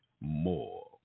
more